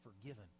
forgiven